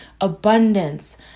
abundance